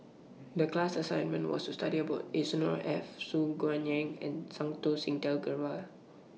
The class assignment was to study about Yusnor Ef Su Guaning and Santokh Singh Grewal